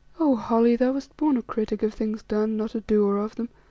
oh, holly! thou wast born a critic of things done, not a doer of them.